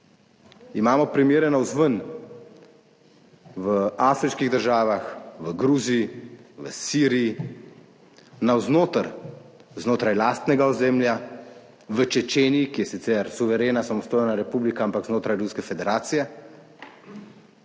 Imamo primere navzven, v afriških državah, v Gruziji, v Siriji, navznoter, znotraj lastnega ozemlja, v Čečeniji, ki je sicer suverena, samostojna republika, ampak znotraj Ruske federacije,